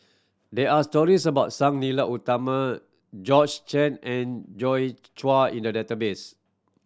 there are stories about Sang Nila Utama George Chen and Joi Chua in the database